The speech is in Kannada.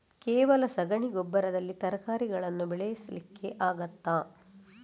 ಕೇವಲ ಸಗಣಿ ಗೊಬ್ಬರದಲ್ಲಿ ತರಕಾರಿಗಳನ್ನು ಬೆಳೆಸಲಿಕ್ಕೆ ಆಗ್ತದಾ?